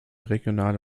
regionale